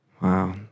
Wow